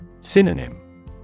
Synonym